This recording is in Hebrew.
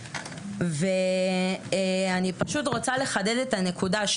אני רוצה לחדד את הנקודה,